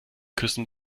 küssen